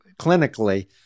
clinically